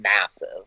massive